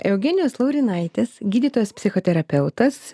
eugenijus laurinaitis gydytojas psichoterapeutas